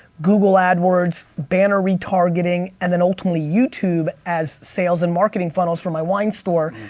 google adwords, banner retargeting and then ultimately youtube as sales and marketing funnels for my wine store.